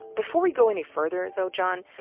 before we go any further, and though, john,